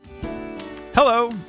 Hello